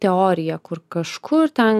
teorija kur kažkur ten